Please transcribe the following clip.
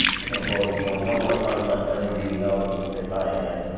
we're gonna blow this horn one more time. let bernie v know that we say hi again.